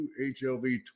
HLV